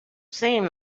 seem